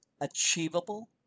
Achievable